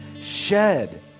shed